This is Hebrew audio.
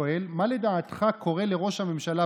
אני רוצה להדגיש שזאת הייתה במקור הצעה